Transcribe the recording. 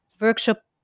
workshop